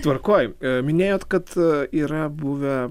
tvarkoj minėjot kad yra buvę